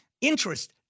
interest